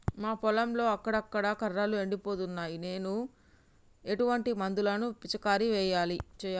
మా పొలంలో అక్కడక్కడ కర్రలు ఎండిపోతున్నాయి నేను ఎటువంటి మందులను పిచికారీ చెయ్యాలే?